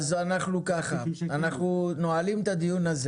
אנו נועלים את הדיון.